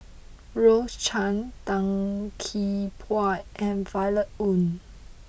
Rose Chan Tan Gee Paw and Violet Oon